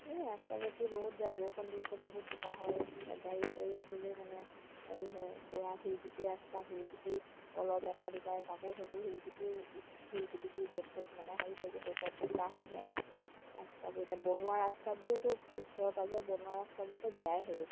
এই ৰাস্তা পদূলি বহুত বেয়া বৰষুণ দিলেতো বহুত বোকা হয় এতিয়া গাড়ী চাড়ি আহিলেও মানে হেৰি হয় বৰা শিলগুটি ৰাস্তা শিলগুটি অলপ এটা দুটাই তাকো সেইবোৰ শিলগুটিও উঠ শিলগুটিবোৰ য'ত ত'ত মানে হেৰি হৈ গৈছে এতিয়া বোকা হৈ যায় ৰাস্তাবোৰ এতিয়া বনোৱা ৰাস্তাবোৰতো ওচৰে পাঁজৰে বনোৱা ৰাস্তাবোৰতো বেয়াই হৈ গৈছে